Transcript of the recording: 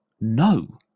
No